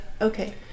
okay